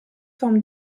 formes